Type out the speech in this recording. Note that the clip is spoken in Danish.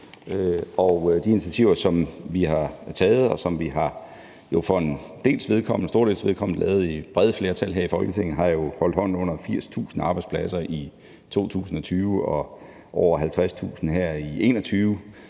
de initiativer, som vi har taget, og som vi for en stor dels vedkommende har lavet med brede flertal her i Folketinget, har holdt hånden under 80.000 arbejdspladser i 2020 og over 50.000 her i 2021